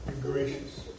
gracious